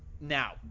now